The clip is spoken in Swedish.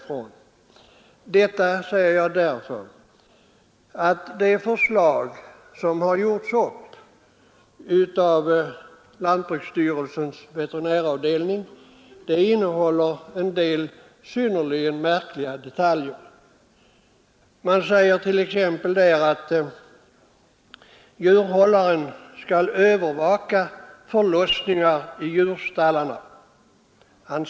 Jag säger detta därför att det förslag som har utarbetats inom lantbruksstyrelsens veterinäravdelning innehåller en del synnerligen märkliga detaljer. Det sägs t.ex. att djurhållare skall övervaka förlossningar i djurstallarna.